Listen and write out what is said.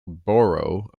borough